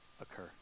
occur